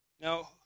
Now